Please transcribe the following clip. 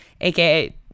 aka